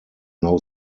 now